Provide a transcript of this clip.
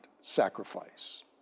sacrifice